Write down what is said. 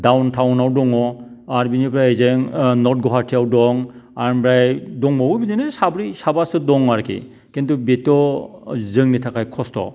दाउन थाउन आव दङ आरो बिनिफ्राय ओजों नर्थ गुवाहाटीयाव दं ओमफ्राय दंबावो बिदिनो साब्रै साबासो दं आरोखि खिन्थु बेथ' जोंनि थाखाय खस्थ'